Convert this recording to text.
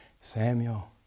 Samuel